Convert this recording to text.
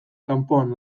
kanpoan